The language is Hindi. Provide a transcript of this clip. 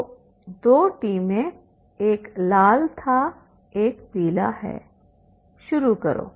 तो 2 टीमें एक लाल था एक पीला है शुरू करो